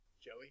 Joey